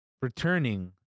returning